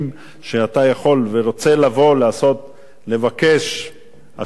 שאתה יכול ורוצה לבוא לבקש השתלה,